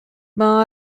ben